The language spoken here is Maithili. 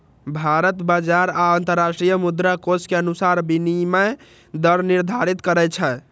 भारत बाजार आ अंतरराष्ट्रीय मुद्राकोष के अनुसार विनिमय दर निर्धारित करै छै